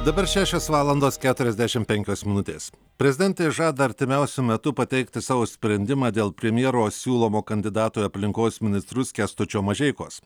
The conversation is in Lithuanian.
dabar šešios valandos keturiasdešim penkios minutės prezidentė žada artimiausiu metu pateikti savo sprendimą dėl premjero siūlomo kandidato į aplinkos ministrus kęstučio mažeikos